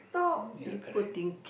um ya correct